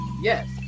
Yes